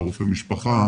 לרופא המשפחה,